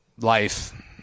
life